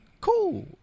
cool